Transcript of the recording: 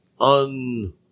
un